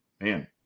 Man